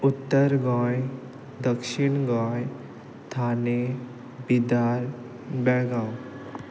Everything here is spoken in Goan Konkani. उत्तर गोंय दक्षीण गोंय ठाणे बिदार बेळगांव